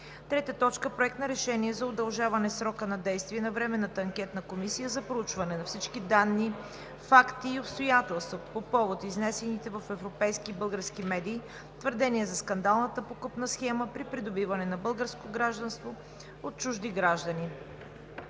2019 г. 3. Проект на решение за удължаване срока на действие на Временната анкетна комисия за проучване на всички данни, факти и обстоятелства по повод изнесените в европейски и български медии твърдения за скандалната подкупна схема при придобиване на българско гражданство от чужди граждани.